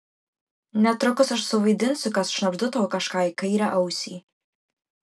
netrukus aš suvaidinsiu kad šnabždu tau kažką į kairę ausį